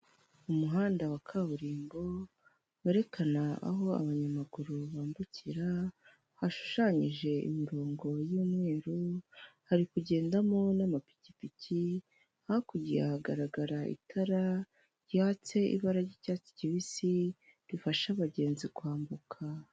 Umuhanda wa kaburimbo werekana aho abanyamaguru bambukira hashushanyije imirongo y'umweru, hari kugendamo n'amapikipiki, hakurya ahagaragara itara ryatse ibara ry'icyatsi kibisi rifasha abagenzi kwambuka.